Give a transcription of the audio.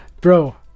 bro